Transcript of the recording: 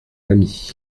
ami